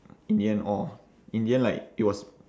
in the end orh in the end like it was